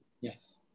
Yes